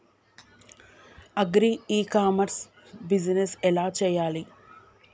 Agri e commerce business ఎలా చెయ్యాలి?